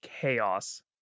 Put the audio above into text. chaos